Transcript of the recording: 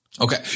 Okay